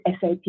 SAP